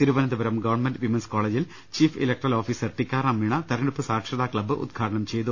തിരുവനന്ത പുരം government women's കോളേജിൽ chief electoral officer Tikaram Meena തെരഞ്ഞെടുപ്പ് സാക്ഷരതാ ക്സബ്ബ് ഉദ്ഘാടനം ചെയ്തു